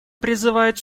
призывает